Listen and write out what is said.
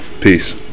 Peace